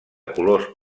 colors